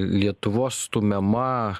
lietuvos stumiama